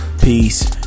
Peace